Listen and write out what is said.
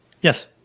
Yes